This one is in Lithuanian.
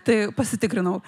tai pasitikrinau